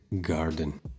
garden